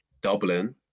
Dublin